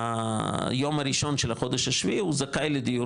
מהיום הראשון של החודש השביעי הוא זכאי לדיור